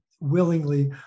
willingly